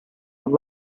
con